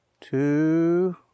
two